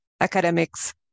academics